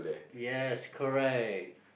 yes correct